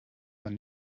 man